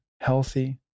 healthy